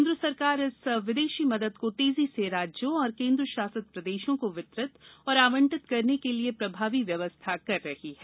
केन्द्र सरकार इस विदेशी मदद को तेजी से राज्यों और केन्द्र शासित प्रदेशों को वितरित और आवंटित करने के लिए प्रभावी व्यवस्था कर रही है